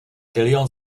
tilion